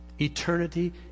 eternity